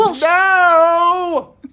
No